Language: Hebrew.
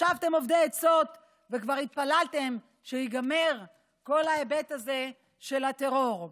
ישבתם אובדי עצות וכבר התפללתם שייגמר כל ההיבט הזה של הטרור,